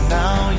now